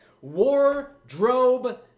Wardrobe